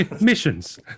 Missions